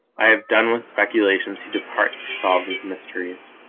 i have done with speculations who depart to solve these mysteries.